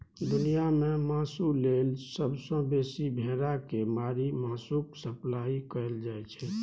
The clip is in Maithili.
दुनियाँ मे मासु लेल सबसँ बेसी भेड़ा केँ मारि मासुक सप्लाई कएल जाइ छै